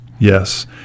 Yes